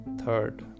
Third